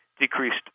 Decreased